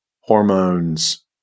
hormones